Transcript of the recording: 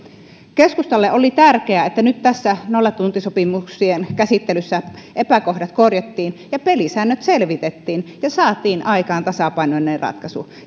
keskustalle oli tärkeää että nyt tässä nollatuntisopimuksien käsittelyssä epäkohdat korjattiin ja pelisäännöt selvitettiin ja saatiin aikaan tasapainoinen ratkaisu